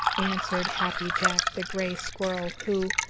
answered happy jack the gray squirrel, who,